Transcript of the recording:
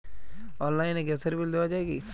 অনলাইনে গ্যাসের বিল দেওয়া যায় কি?